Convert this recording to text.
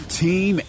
team